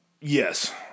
Yes